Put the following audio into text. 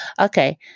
Okay